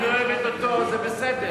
אם היא אוהבת אותו אז זה בסדר.